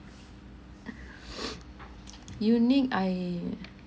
unique I